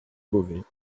beauvais